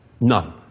none